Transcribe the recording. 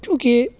کیوںکہ